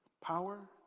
power